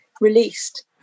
released